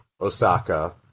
Osaka